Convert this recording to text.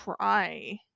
try